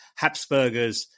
Habsburgers